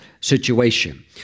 situation